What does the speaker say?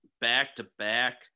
back-to-back